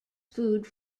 food